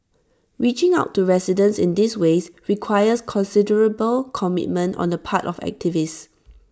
reaching out to residents in these ways requires considerable commitment on the part of activists